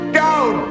down